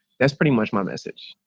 that's pretty much my message.